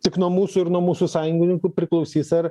tik nuo mūsų ir nuo mūsų sąjungininkų priklausys ar